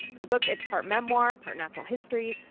the book it's part memoir, part natural history.